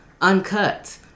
uncut